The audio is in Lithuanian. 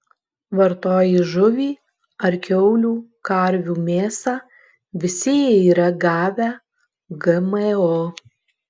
vartoji žuvį ar kiaulių karvių mėsą visi jie yra gavę gmo